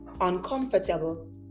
uncomfortable